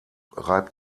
reibt